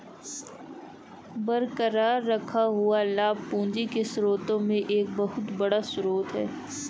बरकरार रखा हुआ लाभ पूंजी के स्रोत में एक बहुत बड़ा स्रोत है